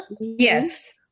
yes